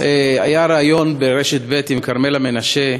בריאיון ברשת ב' עם כרמלה מנשה,